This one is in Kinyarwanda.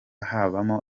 habamo